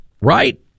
Right